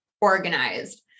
organized